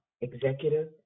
executive